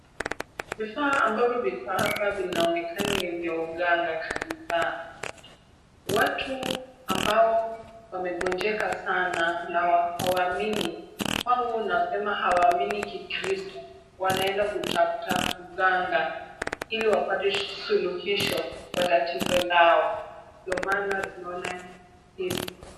Vifaa ambavyo viko hapa vinaonekana ni vya uganga. Watu ambao wamegonjeka sana na hawaamini kwangu nasema hawaamini kikristo wanaenda kutafuta mganga ili wapate suluhisho kwa tatizo lao. Ndio maana tunaona hii.